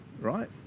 right